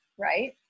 right